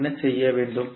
நாம் என்ன செய்ய வேண்டும்